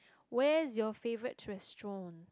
where's your favourite restaurant